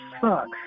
sucks